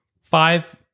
Five